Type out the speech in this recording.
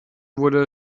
wurde